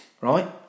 right